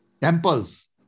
temples